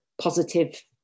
positive